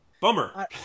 bummer